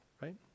right